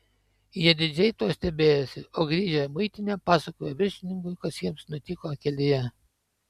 jie didžiai tuo stebėjosi o grįžę į muitinę papasakojo viršininkui kas jiems atsitiko kelyje